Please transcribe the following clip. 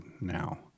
now